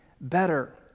better